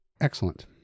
Excellent